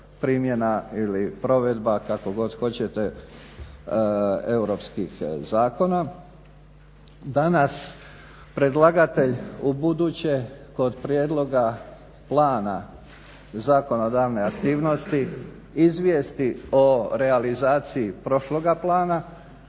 primjena ili provedba kako god hoćete europskih zakona. Da nas predlagatelj u buduće kod prijedloga plana zakonodavne aktivnosti izvijesti o realizaciji prošloga plana,